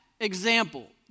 example